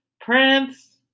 Prince